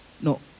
No